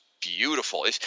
beautiful